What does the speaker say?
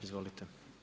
Izvolite.